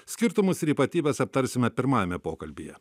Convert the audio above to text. skirtumus ir ypatybes aptarsime pirmajame pokalbyje